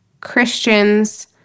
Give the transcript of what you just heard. Christians